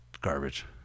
garbage